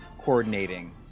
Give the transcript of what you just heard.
coordinating